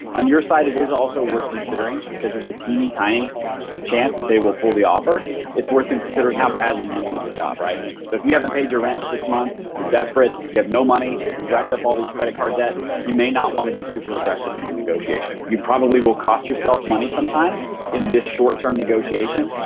on your side it is also worth considering because there's a teeny tiny chance that they will pull the offer. it's worth considering how badly you need the job. so if you haven't paid your rent in six months, you're desperate, you have no money. money. you've racked up all this credit card debt. you may not wanna be super aggressive in your negotiation. you probably will cost yourself money sometimes in this short-term negotiation,